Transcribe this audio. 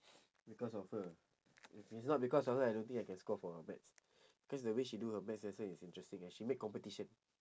because of her if it's not because of her I don't think I can score for my maths cause the way she do her maths lesson is interesting eh she make competition